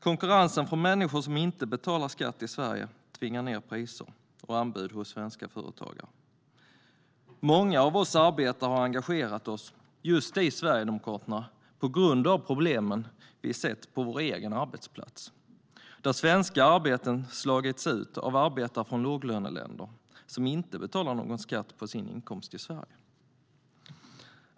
Konkurrensen från människor som inte betalar skatt i Sverige tvingar ned priser och anbud hos svenska företagare. Många av oss arbetare har engagerat oss just i Sverigedemokraterna på grund av de problem som vi har sett på vår egen arbetsplats, där svenska arbeten slagits ut av arbetare från låglöneländer som inte betalar någon skatt på sin inkomst i Sverige.